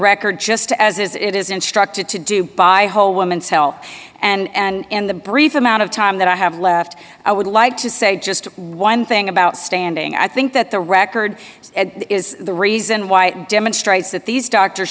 record just as it is instructed to do by whole woman's health and the brief amount of time that i have left i would like to say just one thing about standing i think that the record is the reason why it demonstrates that these doctors